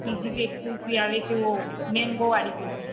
બીજી બી એક કુલ્ફી આવે છે એ મેંગોવાળી કુલ્ફી